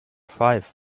five